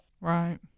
Right